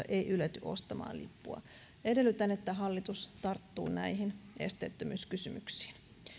ei ylety ostamaan lippua pyörätuolista edellytän että hallitus tarttuu näihin esteettömyyskysymyksiin